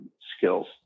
skills